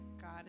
God